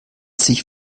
sich